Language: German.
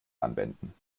anwenden